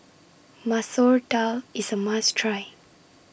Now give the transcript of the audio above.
Masoor Dal IS A must Try